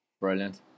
Brilliant